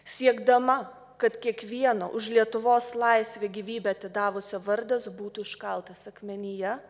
siekdama kad kiekvieno už lietuvos laisvę gyvybę atidavusio vardas būtų iškaltas akmenyje